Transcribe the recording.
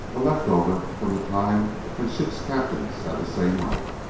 a left-over from the time when ship's captains had the same right.